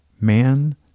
Man